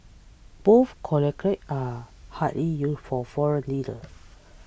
both accolades are hardly used for foreign leaders